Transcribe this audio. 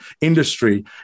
industry